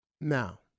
Now